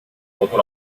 votul